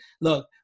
look